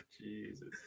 Jesus